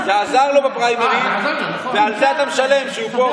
זה עזר לו בפריימריז ועל זה אתה משלם, שהוא פה.